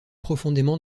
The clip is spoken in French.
profondément